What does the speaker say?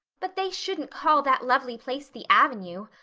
but they shouldn't call that lovely place the avenue.